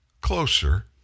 closer